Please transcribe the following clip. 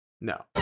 No